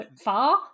far